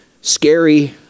scary